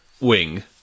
wing